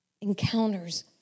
Encounters